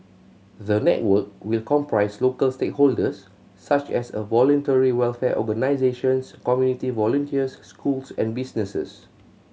the network will comprise local stakeholders such as a voluntary welfare organisations community volunteers schools and businesses